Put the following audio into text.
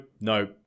no